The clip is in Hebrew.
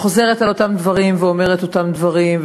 חוזרת על אותם דברים ואומרת אותם דברים,